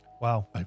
Wow